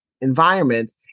environment